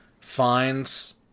finds